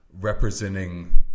representing